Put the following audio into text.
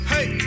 Hey